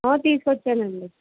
తీసుకొచ్చానండి